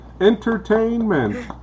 Entertainment